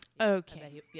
Okay